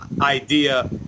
idea